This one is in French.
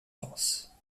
france